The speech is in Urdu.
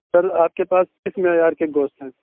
سر آپ کے پاس کس معیار کے گوشت ہیں